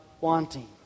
wanting